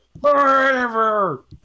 Forever